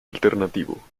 alternativo